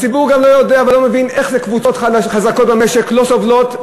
הציבור גם לא יודע ולא מבין איך זה שקבוצות חזקות במשק לא סובלות,